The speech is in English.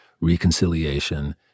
reconciliation